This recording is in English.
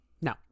No